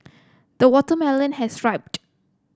the watermelon has ripened